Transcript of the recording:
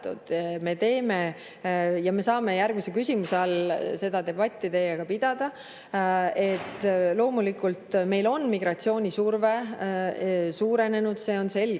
suletud. Me saame järgmise küsimuse all seda debatti teiega pidada. Loomulikult, meil on migratsioonisurve suurenenud, see on selge.